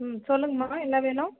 ம் சொல்லுங்கம்மா என்ன வேணும்